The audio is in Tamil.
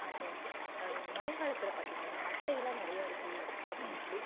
அப்றம் மழை காலத்தில் பார்த்தீங்கன்னா அட்டை எல்லாம் நிறையா இருக்கும் அப்படின்னு சொல்லி